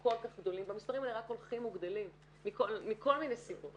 כל כך הגדולים והמספרים האלה רק הולכים וגדלים מכל מיני סיבות.